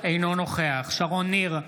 אינו נוכח שרון ניר,